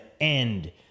end